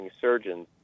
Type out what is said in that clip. surgeons